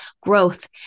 growth